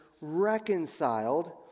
reconciled